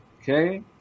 Okay